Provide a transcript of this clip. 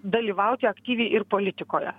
dalyvauti aktyviai ir politikoje